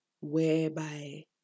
whereby